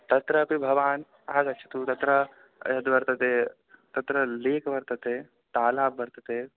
तत्रापि भवान् आगच्छतु तत्र यद् वर्तते तत्र लीक् वर्तते तालाब् वर्तते